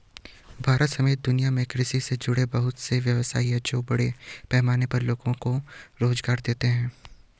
भारत समेत दुनिया में कृषि से जुड़े बहुत से व्यवसाय हैं जो बड़े पैमाने पर लोगो को रोज़गार देते हैं